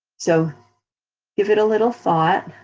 so give it a little thought,